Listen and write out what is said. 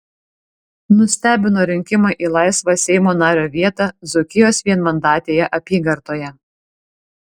nustebino rinkimai į laisvą seimo nario vietą dzūkijos vienmandatėje apygardoje